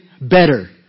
better